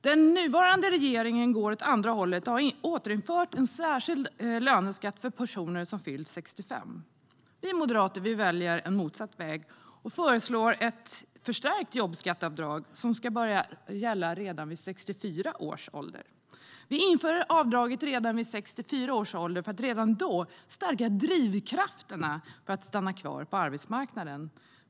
Den nuvarande regeringen går åt andra hållet och har återinfört en särskild löneskatt för personer som fyllt 65.Vi moderater väljer motsatt väg och föreslår ett förstärkt jobbskatteavdrag, som ska börja gälla redan vid 64 års ålder. Vi inför avdraget vid 64 års ålder för att redan då stärka drivkrafterna för att stanna kvar på arbetsmarknaden.